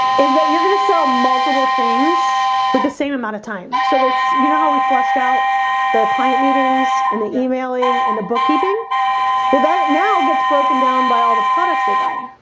is that you're gonna sell multiple things with the same amount of time so that's you know, how we flushed out the client meetings and the emailing and the bookkeeping well that now gets broken down by all the products they buy